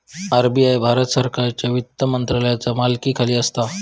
RBI Bharat सरकारच्यो वित्त मंत्रालयाचा मालकीखाली असा